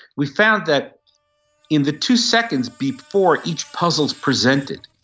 we found that in the two seconds before each puzzle is presented,